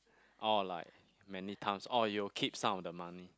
orh like many times orh you will keep some of the money